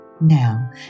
Now